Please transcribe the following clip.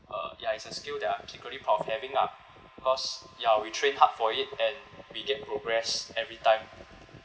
uh ya it's a skill that I'm secretly proud of having ah because ya we train hard for it and we get progress every time